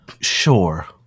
Sure